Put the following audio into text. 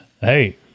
hey—